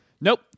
Nope